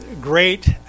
great